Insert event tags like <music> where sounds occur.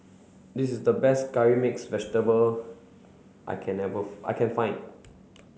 this is the best curry mixed vegetable I can ever <unintelligible> I can find